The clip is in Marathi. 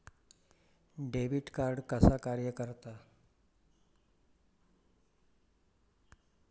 डेबिट कार्ड कसा कार्य करता?